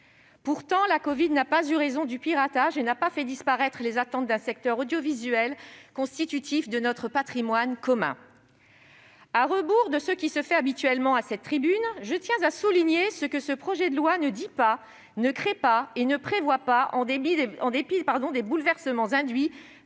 Pourtant, la covid n'a pas eu raison du piratage et n'a pas fait disparaître les attentes d'un secteur audiovisuel constitutif de notre patrimoine commun. À rebours de ce qui se fait habituellement à cette tribune, je tiens à souligner ce que ce projet de loi ne dit pas, ne crée pas et ne prévoit pas, en dépit des bouleversements induits